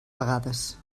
vegades